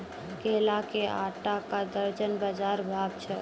केला के आटा का दर्जन बाजार भाव छ?